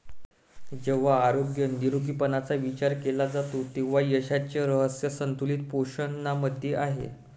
जेव्हा आरोग्य निरोगीपणाचा विचार केला जातो तेव्हा यशाचे रहस्य संतुलित पोषणामध्ये आहे